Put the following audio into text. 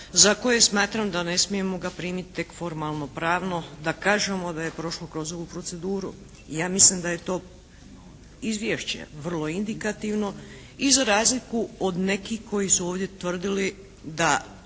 za koje smatram da ne smijemo ga primiti tek formalno pravno, da kažemo da je prošlo kroz ovu proceduru ja mislim da je to izvješće vrlo indikativno i za razliku od nekih koji su ovdje tvrdili da